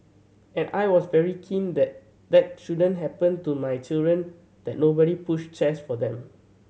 and I was very keen that that shouldn't happen to my children that nobody pushed chairs for them